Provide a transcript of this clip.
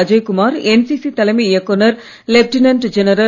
Ajay Kumar NCC தலைமை இயக்குனர் lieutenant general